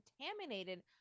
contaminated